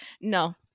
No